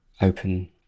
open